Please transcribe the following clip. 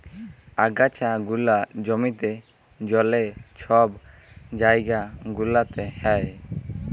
আগাছা গুলা জমিতে, জলে, ছব জাইগা গুলাতে হ্যয়